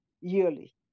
yearly